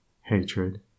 hatred